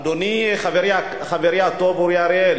אדוני, חברי הטוב אורי אריאל,